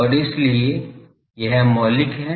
और इसीलिए यह मौलिक है